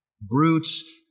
brutes